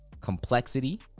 complexity